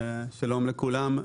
שלום לכולם.